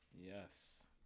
Yes